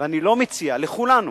ואני מציע לכולנו